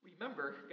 Remember